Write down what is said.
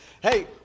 Hey